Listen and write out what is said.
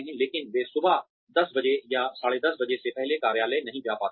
लेकिन वे सुबह 1000 बजे या 1030 बजे से पहले कार्यालय नहीं जा पाते हैं